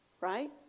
right